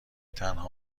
تنها